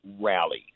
rally